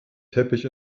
teppich